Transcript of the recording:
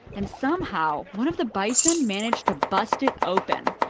and somehow one of the bison managed to bust it open